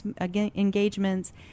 engagements